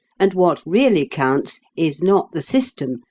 and what really counts is not the system,